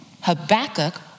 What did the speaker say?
Habakkuk